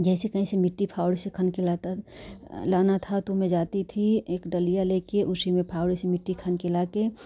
जैसे तैसे मिट्टी फाड़ी से खान के लाता लाना था तो मैं जाती थी एक डलिया लेकर उसी में फाड़ी से मिट्टी खानकर लाकर